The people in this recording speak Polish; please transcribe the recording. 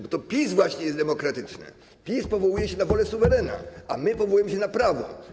Bo to PiS właśnie jest demokratyczne, PiS powołuje się na wolę suwerena, a my powołujemy się na prawo.